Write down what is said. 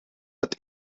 het